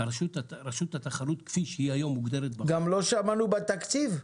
גם לא שמענו בתקציב.